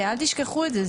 אל תשכחו את זה.